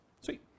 Sweet